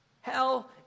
Hell